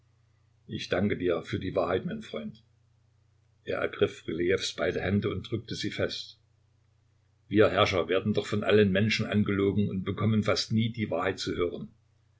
ich danke dir für die wahrheit mein freund er ergriff rylejews beide hände und drückte sie fest wir herrscher werden doch von allen menschen angelogen und bekommen fast nie die wahrheit zu hören